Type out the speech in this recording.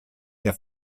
der